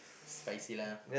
spicy lah